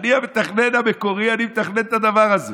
אני המתכנן המקורי, אני מתכנן את הדבר הזה.